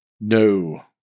No